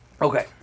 Okay